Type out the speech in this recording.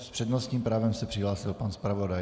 S přednostním právem se přihlásil pan zpravodaj.